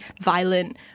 violent